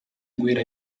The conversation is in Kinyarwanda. guhera